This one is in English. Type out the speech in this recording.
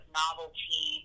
novelty